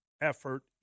Effort